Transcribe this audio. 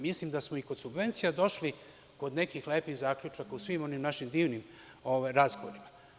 Mislim da smo i kod subvencija došli do nekih lepih zaključaka u svim onim našim divnim razgovorima.